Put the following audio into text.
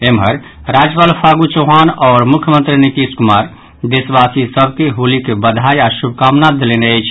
एम्हर राज्यपाल फागू चौहान आओर मुख्यमंत्री नीतीश कुमार प्रदेशवासी सभ के होलीक बधाई आओर शुभकामना देलनि अछि